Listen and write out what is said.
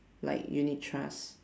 like unit trust